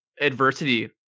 adversity